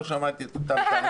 לא שמעתי את אותן טענות.